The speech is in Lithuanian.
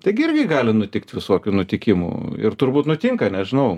tai gi irgi gali nutikt visokių nutikimų ir turbūt nutinka nežinau